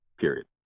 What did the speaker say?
period